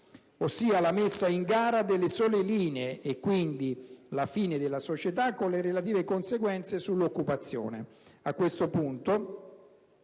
ossia la messa in gara delle singole linee e, quindi, la fine della società con le relative conseguenze sull'occupazione.